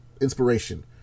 inspiration